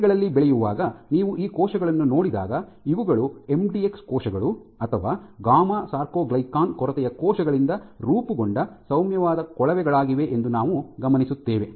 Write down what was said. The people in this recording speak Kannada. ಪ್ಲೇಟ್ ಗಳಲ್ಲಿ ಬೆಳೆಯುವಾಗ ನೀವು ಈ ಕೋಶಗಳನ್ನು ನೋಡಿದಾಗ ಇವುಗಳು ಎಂಡಿಎಕ್ಸ್ ಕೋಶಗಳು ಅಥವಾ ಗಾಮಾ ಸಾರ್ಕೊಗ್ಲಿಕನ್ ಕೊರತೆಯ ಕೋಶಗಳಿಂದ ರೂಪುಗೊಂಡ ಸೌಮ್ಯವಾದ ಕೊಳವೆಗಳಾಗಿವೆ ಎಂದು ನಾವು ಗಮನಿಸುತ್ತೇವೆ